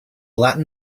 latin